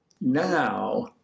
Now